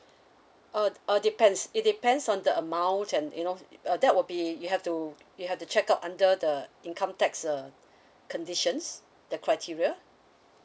uh uh depends it depends on the amount and you know that will be you have to you have to check out under the income tax uh conditions the criteria